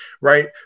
right